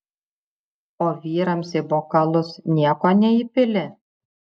o vyrams į bokalus nieko neįpili